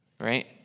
right